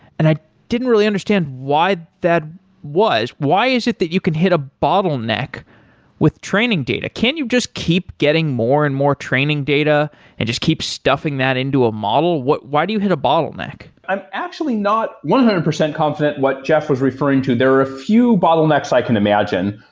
and i didn't really understand why that was. why is it that you can hit a bottleneck with training data? can you just keep getting more and more training data and just keep stuffing that into a model? what why do you hit a bottleneck? i'm actually not one hundred percent confident what jeff was referring to. there are a few bottlenecks i can imagine.